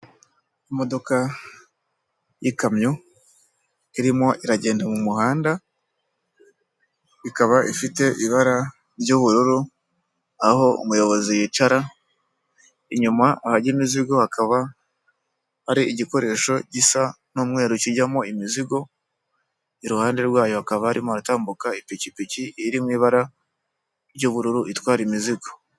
Imodoka y'ikamyo, irimo iragenda mu muhanda, ikaba ifite ibara ry'ubururu, aho umuyobozi yicara, nyuma ahajya imizigo hakaba ari igikoresho gisa n'umweru kijyamo imizigo, iruhande rwayo hakaba harimo haratambuka ipikipiki iri mu ibara ry'ubururu itwara imizigo.